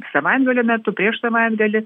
savaitgalio metu prieš savaitgalį